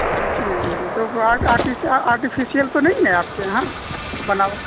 جی جی جی تو آرٹیفیشیل تو نہیں ہے آپ کے یہاں بنا